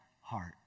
heart